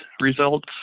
results